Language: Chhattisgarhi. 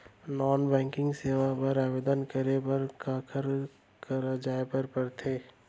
नॉन बैंकिंग सेवाएं बर आवेदन करे बर काखर करा जाए बर परथे